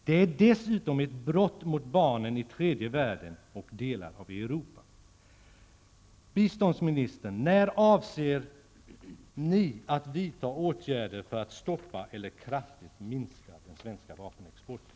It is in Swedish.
Det är dessutom ett brott mot barnen i tredje världen och delar av Europa. Biståndsministern, när avser ni att vidta åtgärder för att stoppa eller kraftigt minska den svenska vapenexporten?